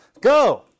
Go